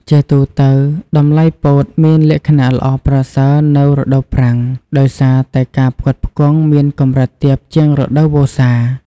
ជាទូទៅ តម្លៃពោតមានលក្ខណៈល្អប្រសើរនៅរដូវប្រាំង ដោយសារតែការផ្គត់ផ្គង់មានកម្រិតទាបជាងរដូវវស្សា។